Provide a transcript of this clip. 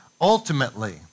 ultimately